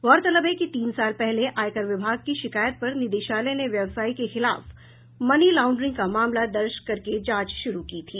गौरतलब है कि तीन साल पहले आयकर विभाग की शिकायत पर निदेशालय ने व्यवसायी के खिलाफ मनी लाउंड्रिंग का मामला दर्ज करके जांच शुरू की थी